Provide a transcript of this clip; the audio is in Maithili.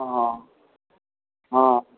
हँ